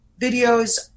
videos